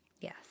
Yes